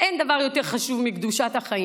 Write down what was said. אין דבר יותר חשוב מקדושת החיים.